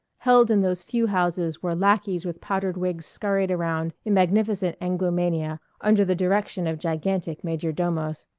held in those few houses where lackeys with powdered wigs scurried around in magnificent anglomania under the direction of gigantic majordomos.